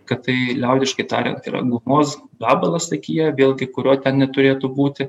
kad tai liaudiškai tariant yra gumos gabalas akyje vėlgi kurio ten neturėtų būti